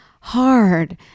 hard